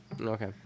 Okay